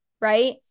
Right